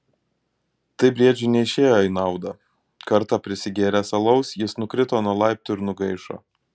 tai briedžiui neišėjo į naudą kartą prisigėręs alaus jis nukrito nuo laiptų ir nugaišo